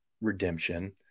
redemption